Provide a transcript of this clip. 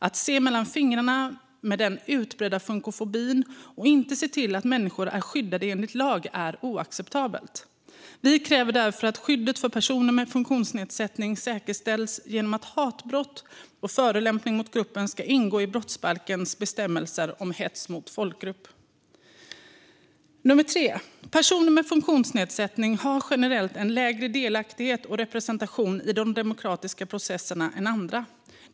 Att se mellan fingrarna med den utbredda funkofobin och inte se till att människor är skyddade enligt lag är oacceptabelt. Vi kräver därför att skyddet för personer med funktionsnedsättning säkerställs genom att hatbrott och förolämpning mot gruppen ska ingå i brottsbalkens bestämmelser om hets mot folkgrupp. För det tredje vill vi att regeringen tillsätter en maktutredning för att öka delaktigheten för personer med funktionsnedsättning. Personer med funktionsnedsättning har generellt en lägre delaktighet och representation i de demokratiska processerna än andra.